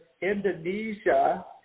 Indonesia